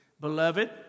Beloved